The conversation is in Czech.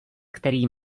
který